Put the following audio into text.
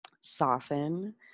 soften